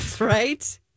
right